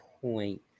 point